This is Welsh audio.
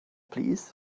plîs